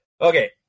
okay